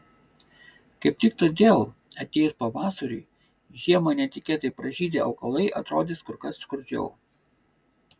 kaip tik todėl atėjus pavasariui žiemą netikėtai pražydę augalai atrodys kur kas skurdžiau